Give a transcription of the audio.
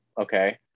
okay